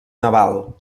naval